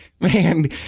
man